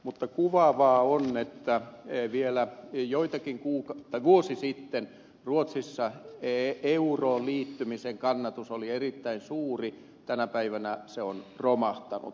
mutta kuvaavaa on että vielä vuosi sitten ruotsissa euroon liittymisen kannatus oli erittäin suuri tänä päivänä se on romahtanut